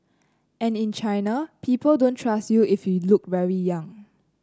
and in China people don't trust you if you look very young